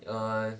um